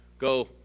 go